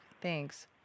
Thanks